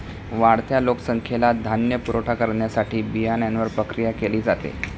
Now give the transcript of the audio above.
वाढत्या लोकसंख्येला धान्य पुरवठा करण्यासाठी बियाण्यांवर प्रक्रिया केली जाते